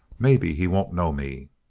maybe he won't know me.